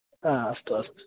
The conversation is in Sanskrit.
अस्तु अस्तु